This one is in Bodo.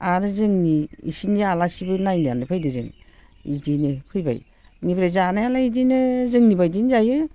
आरो जोंनि बिसोरनिया आलासिबो नायनानै फैदों जों बिदिनो फैबाय बेनिफ्राय जानायालाय बिदिनो जोंनि बायदिनो जायो